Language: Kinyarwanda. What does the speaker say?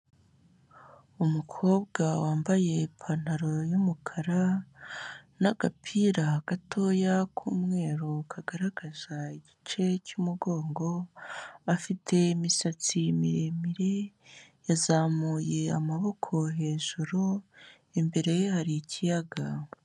Umukobwa wambaye ipantaro y'umukara n'agapira gatoya k'umweru kagaragaza igice cy'umugongo, afite imisatsi miremire, yazamuye amaboko hejuru, imbere ye hari ikiyaga.